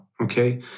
Okay